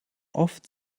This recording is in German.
oft